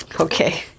Okay